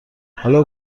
حالا